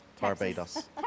Barbados